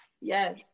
Yes